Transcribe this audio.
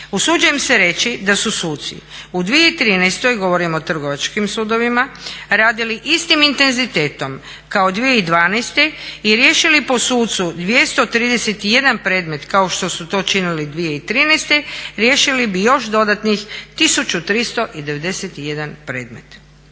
Usuđujem se reći da suci u 2013., govorim o Trgovačkim sudovima, radili istom intenzitetom kao i 2012. i riješili po sucu 231 predmet kao što su to čini 2013., riješili bi još dodatnih 1391 predmet.